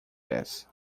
this